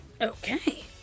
Okay